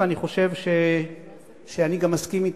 ואני חושב שאני גם מסכים אתה,